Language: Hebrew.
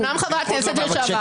הוא היה צריך לא להגיע.